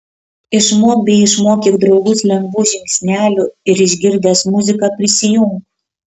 išmok bei išmokyk draugus lengvų žingsnelių ir išgirdęs muziką prisijunk